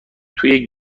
توی